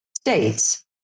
States